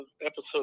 episode